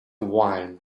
wine